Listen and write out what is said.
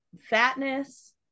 fatness